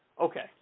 Okay